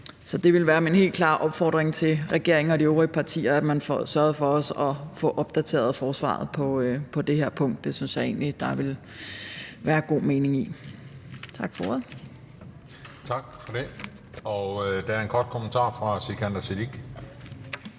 Så det er min helt klare opfordring til regeringspartiet og de øvrige partier, at man sørger for at få opdateret forsvaret på det her punkt. Det synes jeg der vil være god mening i. Tak for ordet. Kl. 12:01 Den fg. formand (Christian Juhl):